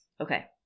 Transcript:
Okay